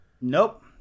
Nope